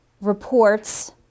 reports